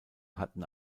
hatten